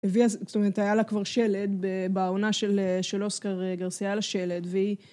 זאת אומרת היה לה כבר שלד בעונה של אוסקר גרסיאל השלד והיא